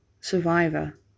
survivor